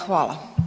Hvala.